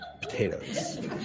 potatoes